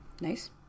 Nice